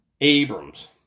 Abrams